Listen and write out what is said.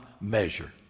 measure